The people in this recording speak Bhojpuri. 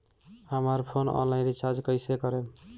हमार फोन ऑनलाइन रीचार्ज कईसे करेम?